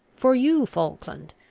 for you, falkland,